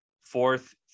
fourth